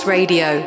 Radio